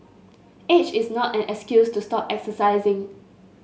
age is not an excuse to stop exercising